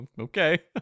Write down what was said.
okay